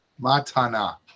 Matana